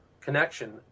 connection